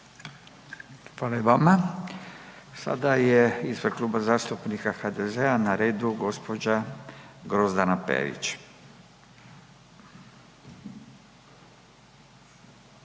Hvala i vama. Sada je ispred Kluba zastupnika HDZ-a na redu gđa. Grozdana Perić.